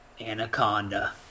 Anaconda